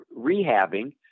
rehabbing